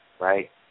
right